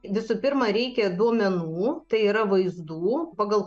visų pirma reikia duomenų tai yra vaizdų pagal